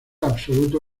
absoluto